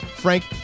Frank